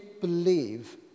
believe